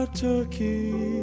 turkey